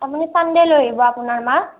আপুনি ছাণ্ডে লৈ আহিব আপোনাৰ মাক